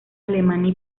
alemania